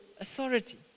authority